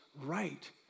right